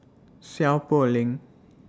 Seow Poh Leng